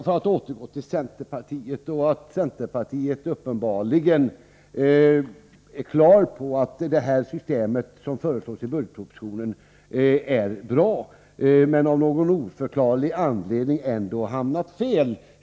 För att återgå till centerpartiet vill jag säga att centerpartiet uppenbarligen är på det klara med att det system som föreslås i budgetpropositionen är bra men att man av någon oförklarlig anledning ändå har hamnat fel.